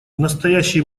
настоящий